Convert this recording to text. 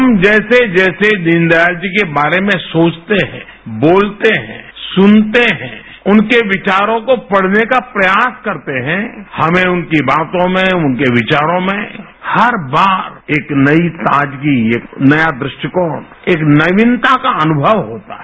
हम जैसे जैसे दीनदयालजी के बारे में सोचते हैं बोलते हैं सुनतेहैं उनके विचारों को पढ़ने का प्रयास करते हैं हमें उनकी बातों में उनके विचारों में हर बार एक नई ताजगी एक नया दृष्टिकोण एक नवीनता का अनुमव होता है